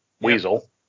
Weasel